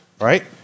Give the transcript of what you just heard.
right